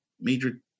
major